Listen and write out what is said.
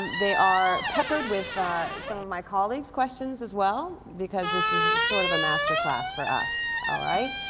they are peppered with some of my colleagues' questions as well because this is sort of a masterclass for us. all right.